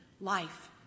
life